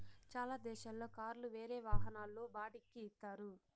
చాలా దేశాల్లో కార్లు వేరే వాహనాల్లో బాడిక్కి ఇత్తారు